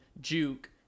juke